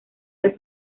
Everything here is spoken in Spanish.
del